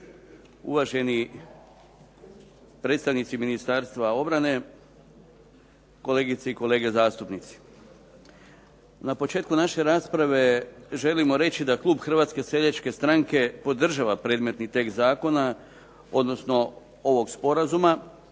uvaženi predstavnici Ministarstva obrane, kolegice i kolege zastupnici. Na početku naše rasprave želimo reći da klub Hrvatske seljačke stranke podržava predmetni tekst zakona, odnosno ovog sporazuma